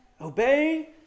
obey